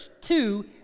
two